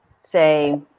say